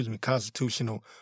constitutional